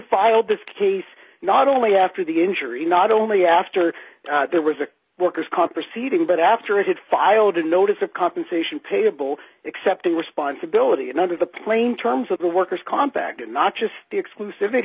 filed this case not only after the injury not only after there was a worker's comp proceeding but after it had filed a notice of compensation payable accepting responsibility and under the plain terms of the worker's comp act and not just the exclusiv